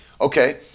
okay